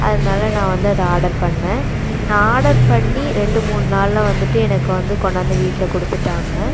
அதனாலே நான் வந்து அதை ஆடர் பண்ணிணேன் நான் ஆடர் பண்ணி ரெண்டு மூணு நாளில் வந்துவிட்டு எனக்கு வந்து கொண்டாந்து வீட்டில் கொடுத்துட்டாங்க